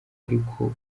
ariko